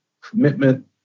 commitment